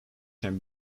can